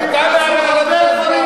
אתה אומר דברים שאסור לך,